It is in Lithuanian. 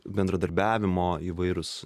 bendradarbiavimo įvairūs